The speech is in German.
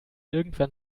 irgendwann